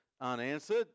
unanswered